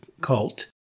Cult